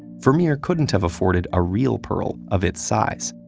vermeer couldn't have afforded a real pearl of its size.